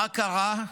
מה קרה?